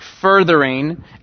furthering